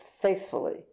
faithfully